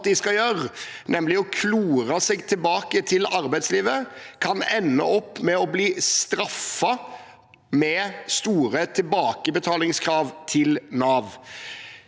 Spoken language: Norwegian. de skal gjøre, nemlig å klore seg tilbake til arbeidslivet, kan ende opp med å bli straffet med store tilbakebetalingskrav fra Nav.